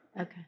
Okay